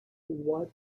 what